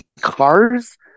cars